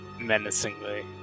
menacingly